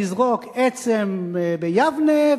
לזרוק עצם ביבנה,